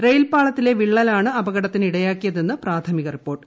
റെയിൽപാളത്തിലെ വിള്ളലാണ് അപകടത്തിനിടയാക്കിതെന്ന് പ്രാഥമിക റിപ്പോർട്ട്